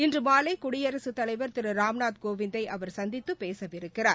இன்று மாலை குடியரசுத்தலைவர் திரு ராம்நாத்கோவிந்த்தை அவர் சந்தித்து பேசிவிருக்கிறார்